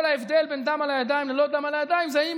כל ההבדל בין דם על הידיים ללא דם על הידיים זה אם